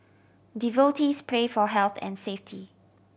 devotees pray for health and safety